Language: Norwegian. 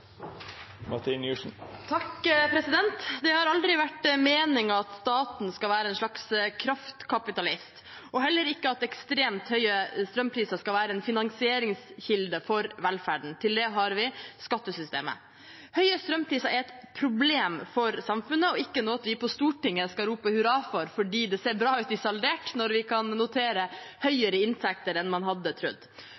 Det har aldri vært meningen at staten skal være en slags kraftkapitalist, og heller ikke at ekstremt høye strømpriser skal være en finansieringskilde for velferden. Til det har vi skattesystemet. Høye strømpriser er et problem for samfunnet og ikke noe vi på Stortinget skal rope hurra for fordi det ser bra ut i saldert når vi kan notere